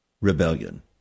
rebellion